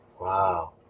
Wow